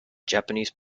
japanese